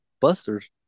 busters